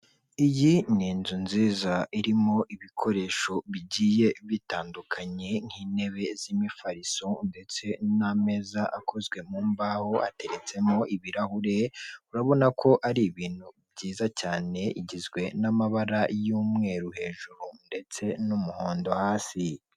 Iyi ni inzu nziza irimo ibikoresho bigiye bitandukanye nk'intebe z'imifariso ndetse n'ameza akozwe mu mbaho ateretsemo ibirahure. Urabona ko ari ibintu byiza cyane, igizwe n'amabara y'umweru hejuru ndetse n'umuhondo hasi.